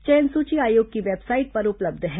चयन सूची आयोग की वेबसाइट पर उपलब्ध है